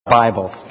Bibles